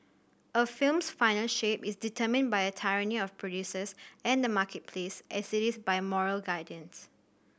a film's final shape is determined by the tyranny of producers and the marketplace as it is by moral guardians